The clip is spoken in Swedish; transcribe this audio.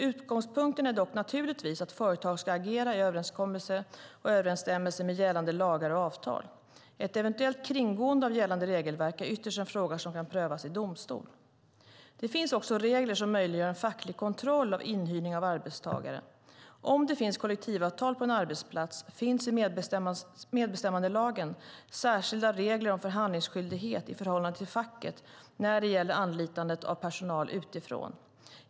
Utgångspunkten är dock naturligtvis att företag ska agera i överensstämmelse med gällande lagar och avtal. Ett eventuellt kringgående av gällande regelverk är ytterst en fråga som kan prövas i domstol. Det finns också regler som möjliggör en facklig kontroll av inhyrning av arbetstagare. Om det finns kollektivavtal på en arbetsplats, finns i medbestämmandelagen särskilda regler om förhandlingsskyldighet i förhållande till facket när det gäller anlitandet av personal utifrån.